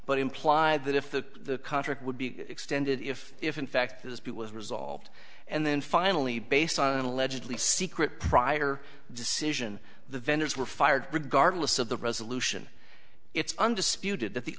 but implied that if the contract would be extended if if in fact this bit was resolved and then finally based on an allegedly secret prior decision the vendors were fired regardless of the resolution it's undisputed that the